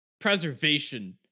preservation